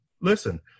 Listen